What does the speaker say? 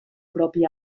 propi